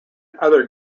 other